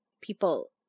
people